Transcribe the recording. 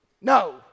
No